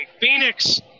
Phoenix